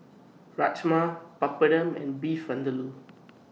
Rajma Papadum and Beef Vindaloo